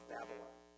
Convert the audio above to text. Babylon